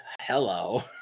hello